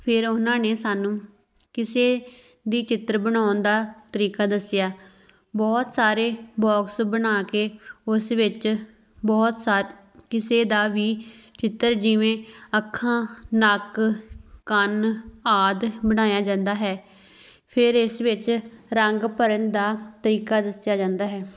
ਫਿਰ ਉਹਨਾਂ ਨੇ ਸਾਨੂੰ ਕਿਸੇ ਦੀ ਚਿੱਤਰ ਬਣਾਉਣ ਦਾ ਤਰੀਕਾ ਦੱਸਿਆ ਬਹੁਤ ਸਾਰੇ ਬੋਕਸ ਬਣਾ ਕੇ ਉਸ ਵਿੱਚ ਬਹੁਤ ਸਾਰੇ ਕਿਸੇ ਦਾ ਵੀ ਚਿੱਤਰ ਜਿਵੇਂ ਅੱਖਾਂ ਨੱਕ ਕੰਨ ਆਦਿ ਬਣਾਇਆ ਜਾਂਦਾ ਹੈ ਫਿਰ ਇਸ ਵਿੱਚ ਰੰਗ ਭਰਨ ਦਾ ਤਰੀਕਾ ਦੱਸਿਆ ਜਾਂਦਾ ਹੈ